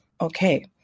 Okay